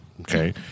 okay